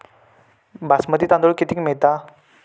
बासमती तांदूळ कितीक मिळता?